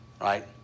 right